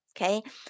okay